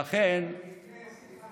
אוכל בריא